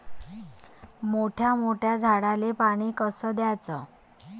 मोठ्या मोठ्या झाडांले पानी कस द्याचं?